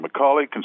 McCauley